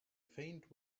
faint